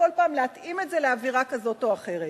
כל פעם להתאים את זה לאווירה כזאת או אחרת.